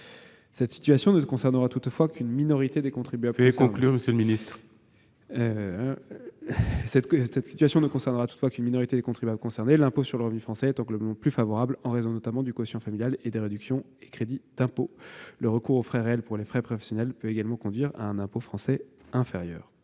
Cette situation ne concernera toutefois qu'une minorité des contribuables, l'impôt sur le revenu français étant globalement plus favorable, en raison notamment du quotient familial et des réductions et crédits d'impôt. Le recours aux frais réels pour les frais professionnels peut également conduire à un impôt français inférieur.